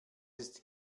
ist